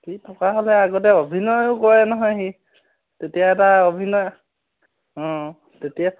সি থকা হ'লে আগতে অভিনয়ো কৰে নহয় সি তেতিয়া তাৰ অভিনয় তেতিয়া